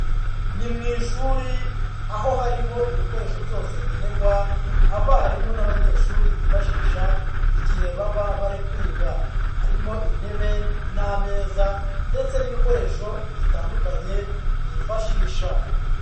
Ni mu ishuri aho harimo ibikoresho byose nkenerwa abarimu n'abanyeshuri bifashisha igihe baba bari kwiga, harimo intebe n'ameza ndetse n'ibikoresho bitandukanye bifashisha.